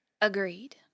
Agreed